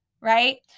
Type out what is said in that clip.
right